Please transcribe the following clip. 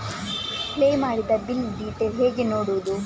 Pay ಮಾಡಿದ bill detail ಹೇಗೆ ನೋಡುವುದು?